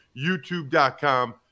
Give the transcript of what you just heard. youtube.com